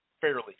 fairly